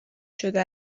شده